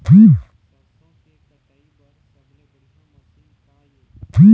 सरसों के कटाई बर सबले बढ़िया मशीन का ये?